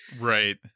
Right